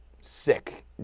sick